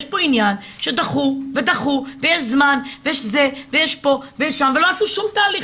יש פה עניין שדחו ודחו ויש זמן ויש זה ויש פה ויש שם ולא עשו שום תהליך,